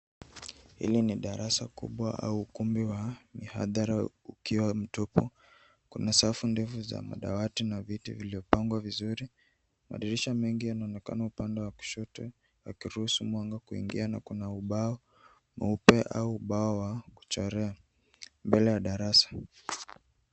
Hili ni darasa kubwa au ukumbi wa mihadhara ukiwa mtupu. Kuna safu ndefu za madawati na viti vilivyopangwa vizuri. Madirisha mengi yanaonekana upande wa kushoto yakiruhusu mwanga kuingia na kuna ubao mweupe au ubao wa kuchorea mbele ya darasa.